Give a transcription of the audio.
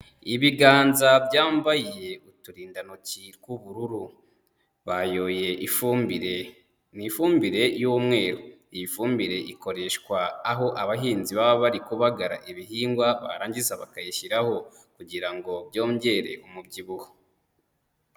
Ibiganza byambaye uturindantoki tw'ubururu bayoye ifumbire, ni ifumbire y'umweru. Iyi fumbire ikoreshwa aho abahinzi baba bari kubagara ibihingwa barangiza bakayishyiraho, kugira ngo byongere umubyibuho.